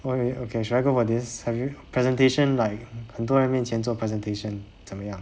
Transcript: what you okay should I go for this have you presentation like 很多人面前做 presentation 这么样